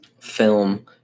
film